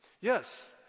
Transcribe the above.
Yes